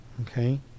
Okay